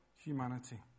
humanity